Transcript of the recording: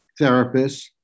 Therapists